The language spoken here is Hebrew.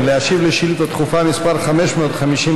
מהכנסת התשע-עשרה כבר.